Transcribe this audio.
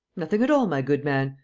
nothing at all, my good man.